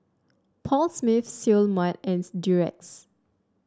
Paul Smith Seoul Mart and Durex